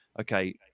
Okay